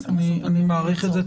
אני מעריך את זה.